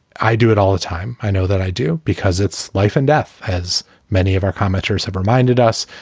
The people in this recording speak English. i do it all the time. i know that i do, because it's life and death has many of our commenters have reminded us.